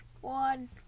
one